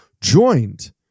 joined